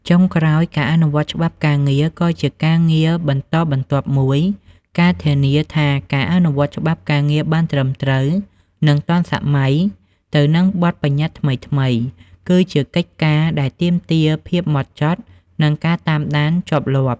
ចុងក្រោយ ការអនុវត្តច្បាប់ការងារ ក៏ជាការងារបន្តបន្ទាប់មួយ ការធានាថាការអនុវត្តច្បាប់ការងារបានត្រឹមត្រូវ និងទាន់សម័យទៅនឹងបទប្បញ្ញត្តិថ្មីៗ គឺជាកិច្ចការដែលទាមទារភាពម៉ត់ចត់ និងការតាមដានជាប់លាប់។